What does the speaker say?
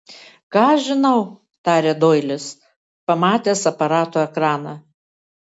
ką aš žinau tarė doilis pamatęs aparato ekraną